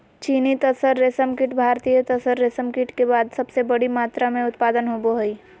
चीनी तसर रेशमकीट भारतीय तसर रेशमकीट के बाद सबसे बड़ी मात्रा मे उत्पादन होबो हइ